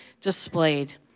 displayed